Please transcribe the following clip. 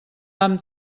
vam